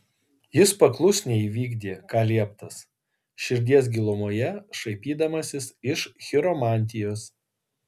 jis paklusniai įvykdė ką lieptas širdies gilumoje šaipydamasis iš chiromantijos